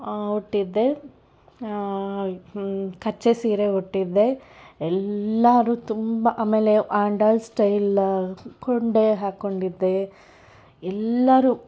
ಉಟ್ಟಿದ್ದೆ ಕಚ್ಚೆ ಸೀರೆ ಉಟ್ಟಿದ್ದೆ ಎಲ್ಲರೂ ತುಂಬ ಆಮೇಲೆ ಆಂಡಾಳ್ ಸ್ಟೈಲ್ ಕೊಂಡೆ ಹಾಕೊಂಡಿದ್ದೆ ಎಲ್ಲರೂ